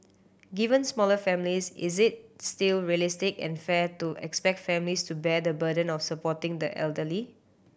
given smaller families is it still realistic and fair to expect families to bear the burden of supporting the elderly